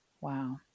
Wow